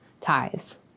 ties